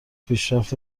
پیشرفت